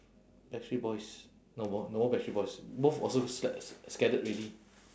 backstreet boys no more no more backstreet boys both also sca~ scattered already